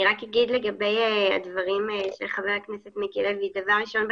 אני רק אגיד לגבי הדברים של חבר הכנסת מיקי לוי: דבר ראשון,